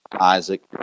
Isaac